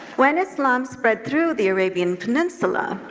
when islam spread through the arabian peninsula,